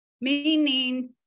Meaning